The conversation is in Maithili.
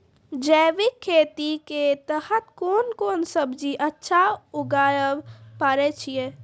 जैविक खेती के तहत कोंन कोंन सब्जी अच्छा उगावय पारे छिय?